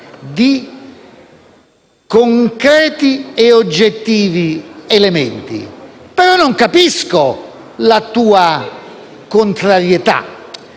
di concreti ed oggettivi elementi, ma non capisco la sua contrarietà.